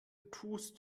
tust